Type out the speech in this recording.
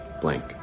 blank